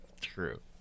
True